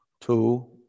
Two